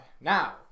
now